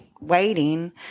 waiting